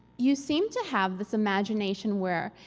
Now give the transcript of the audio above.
you seem to have this imagination where.